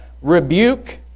rebuke